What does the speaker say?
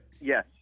Yes